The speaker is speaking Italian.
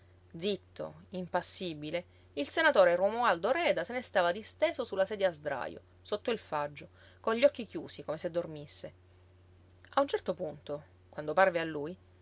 zitto impassibile il senatore romualdo reda se ne stava disteso su la sedia a sdrajo sotto il faggio con gli occhi chiusi come se dormisse a un certo punto quando parve a lui